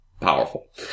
powerful